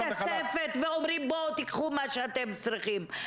הכספת ואומרים בואו תיקחו מה שאתם צריכים,